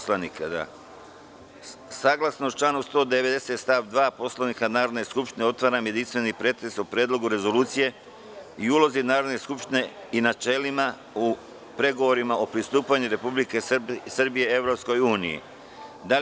Saglasno članu 190. stav 2. Poslovnika Narodne skupštine, otvaram jedinstven pretres o Predlogu rezolucije o ulozi Narodne skupštine i načelima u pregovorima o pristupanju Republike Srbije Evropskoj uniji.